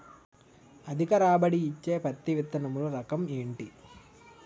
అధిక రాబడి ఇచ్చే పత్తి విత్తనములు రకం ఏంటి?